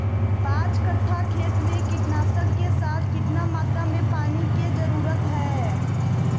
पांच कट्ठा खेत में कीटनाशक के साथ कितना मात्रा में पानी के जरूरत है?